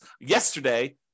yesterday